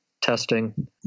testing